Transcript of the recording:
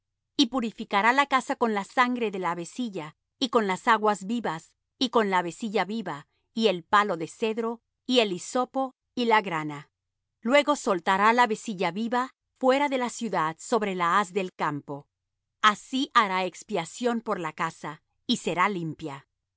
y purificará la casa con la sangre de la avecilla y con las aguas vivas y con la avecilla viva y el palo de cedro y el hisopo y la grana luego soltará la avecilla viva fuera de la ciudad sobre la haz del campo así hará expiación por la casa y será limpia